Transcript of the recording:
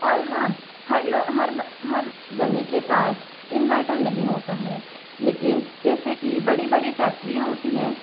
और हाँ हर जने के पास इन्वर्टर नहीं होता है लेकिन जैसे कि बड़ी बड़ी फैक्टरीयाँ होती हैं